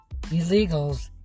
illegals